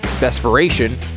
desperation